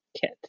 kit